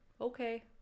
okay